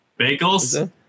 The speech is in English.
Bagels